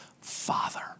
Father